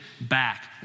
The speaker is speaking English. back